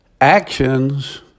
Actions